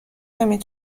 نمی